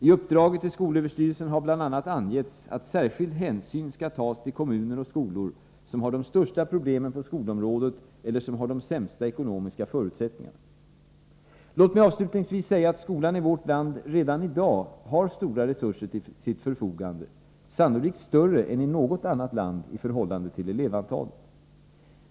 I uppdraget till SÖ har bl.a. angetts att särskild hänsyn skall tas till kommuner och skolor som har de största problemen på skolområdet eller som har de sämsta ekonomiska förutsättningarna. Låt mig avslutningsvis säga att skolan i vårt land redan i dag har stora resurser till sitt förfogande, sannolikt större än i något annat land i förhållande till elevantalet.